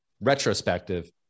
retrospective